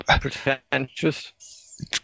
Pretentious